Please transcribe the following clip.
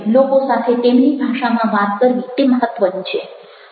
લોકો સાથે તેમની ભાષામાં વાત કરવી તે મહત્વનું છે